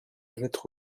lettre